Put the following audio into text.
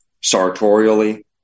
sartorially